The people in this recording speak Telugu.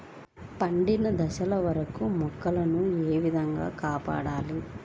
పండిన దశ వరకు మొక్కల ను ఏ విధంగా కాపాడాలి?